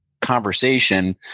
conversation